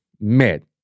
mid